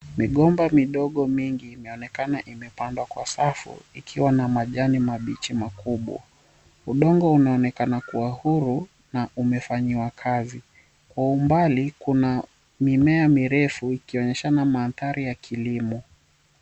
Migomba midogo mingi imeonekana imepandwa kwa safu ikiwa na majani mabichi makubwa. Udongo unaonekana kuwa huru na umefanyiwa kazi. Kwa umbali kuna mimea mirefu ikionyeshana mandhari ya kilimo.